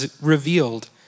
revealed